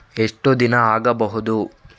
ಎಷ್ಟು ದಿನ ಆಗ್ಬಹುದು?